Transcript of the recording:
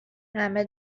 همه